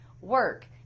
work